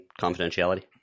confidentiality